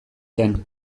zen